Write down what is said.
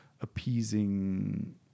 appeasing